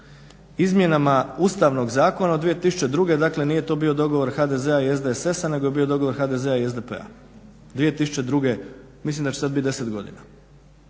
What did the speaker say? izmjenama ustavnog zakona od 2002., dakle nije to bio dogovor HDZ-a i SDSS—a nego je bio dogovor HDZ-a i SDP-a. 2002., mislim da će sad biti 10 godina.